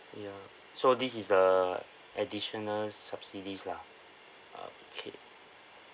yup so this is the additional subsidies lah okay